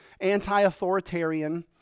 anti-authoritarian